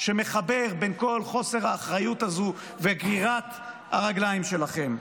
שמחבר בין כל חוסר האחריות הזה וגרירת הרגליים שלכם,